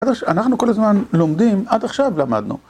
אנחנו כל הזמן לומדים, עד עכשיו למדנו.